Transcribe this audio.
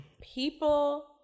people